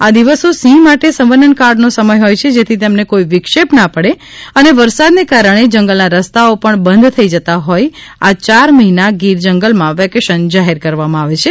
આ દિવસો સિંહ માટે સંવનન કા ળનો સમય હોય છે જેથી તેમને કોઈ વિક્ષેપના પડે અને વરસાદને કારણે જંગલ ના રસ્તાઓ પણ બંધ થઈ જતા હોય આ યાર મહિના ગીર જંગલમાં વેકેશન જાહેર કરવામાં આવે છે